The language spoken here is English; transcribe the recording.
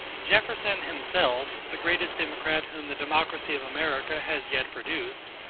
jefferson himself, the greatest democrat whom the democracy of america has yet produced,